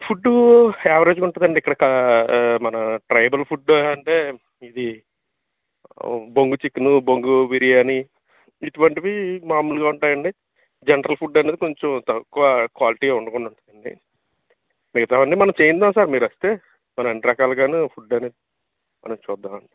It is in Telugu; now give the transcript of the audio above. ఫుడ్డు యావరేజ్గా ఉంటుందండి ఇక్కడ మన ట్రైబల్ ఫుడ్ అంటే ఇది బొంగు చికెను బొంగు బిర్యానీ ఇటువంటివి మామూలుగా ఉంటాయండి జనరల్ ఫుడ్ అనేది కొంచెం తక్కువ క్వాలిటీ వండకుండా ఉంటుందండి మిగతామండి మనం చేయిద్దాం సార్ మీరు వస్తే మనం ఎన్ని రకాలుగాను ఫుడ్ అని మనం చూద్దామండి